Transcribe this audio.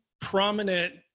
prominent